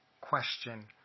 question